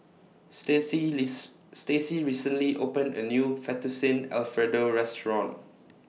Stacy Stacy recently opened A New Fettuccine Alfredo Restaurant